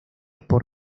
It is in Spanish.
por